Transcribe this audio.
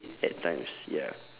at times ya